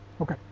Okay